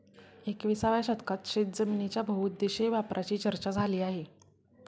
एकविसाव्या शतकात शेतजमिनीच्या बहुउद्देशीय वापराची चर्चा झाली आहे